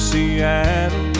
Seattle